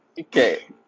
Okay